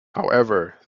however